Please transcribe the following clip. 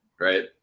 right